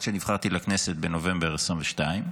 עד שנבחרתי לכנסת בנובמבר 2022,